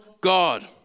God